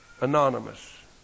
Anonymous